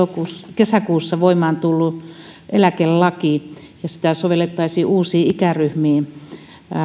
kesäkuussa voimaan tullutta eläkelakia niin että sitä sovellettaisiin uusiin ikäryhmiin